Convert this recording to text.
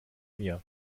mir